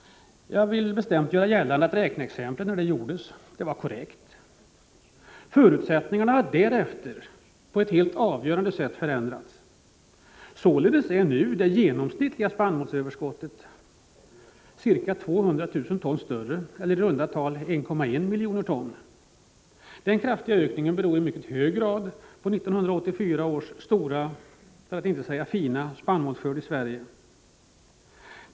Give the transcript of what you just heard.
Jag vill bestämt göra gällande att räkneexemplet när det gjordes var korrekt. Förutsättningarna har därefter på ett helt avgörande sätt förändrats. Således är det genomsnittliga spannmålsöverskottet nu ca 200 000 ton större, dvs. i runda tal 1,1 miljoner ton. Den kraftiga ökningen beror i mycket hög grad på 1984 års stora, för att inte säga fina, spannmålsskörd i Sverige.